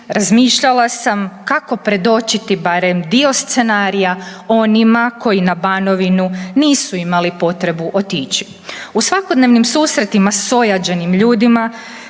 razmišljala sam kako predočiti barem dio scenarija onima koji na Banovinu nisu imali potrebu otići. U svakodnevnim susretima s ojađenim ljudima